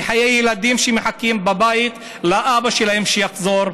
בחיי ילדים שמחכים בבית לאבא שלהם שיחזור,